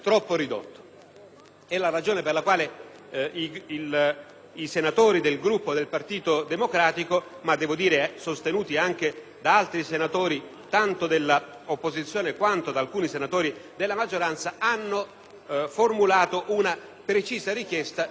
è la ragione per la quale i senatori del Gruppo del Partito Democratico - ma, devo dire, sostenuti anche da altri senatori, tanto dell'opposizione quanto della maggioranza - hanno formulato una precisa richiesta, tendente